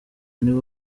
nibo